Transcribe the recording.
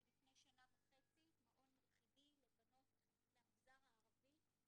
מעון יחידי לבנות מהמגזר הערבי,